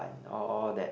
and all that